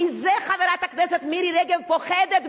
מזה בדיוק חברת הכנסת מירי רגב פוחדת,